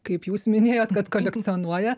kaip jūs minėjot kad kolekcionuoja